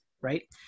right